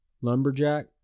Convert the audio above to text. Lumberjack